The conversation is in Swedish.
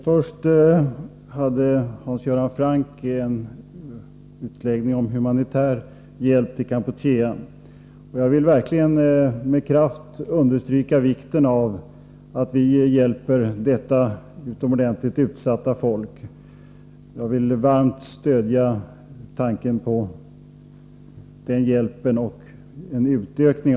Herr talman! Hans Göran Franck gjorde till att börja med en utläggning om humanitär hjälp till Kampuchea. Jag vill verkligen med kraft understryka vikten av att vi hjälper folket i detta utomordentligt utsatta land. Jag vill varmt stödja tanken att vi fortsätter med den hjälpen — och även utökar den.